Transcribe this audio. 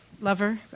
Lover